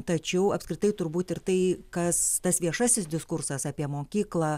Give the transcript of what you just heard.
tačiau apskritai turbūt ir tai kas tas viešasis diskursas apie mokyklą